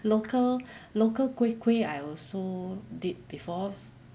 local local kueh kueh I also did before